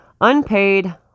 Unpaid